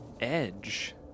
edge